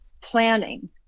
planning